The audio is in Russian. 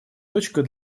точкой